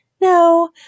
no